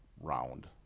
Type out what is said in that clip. round